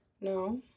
No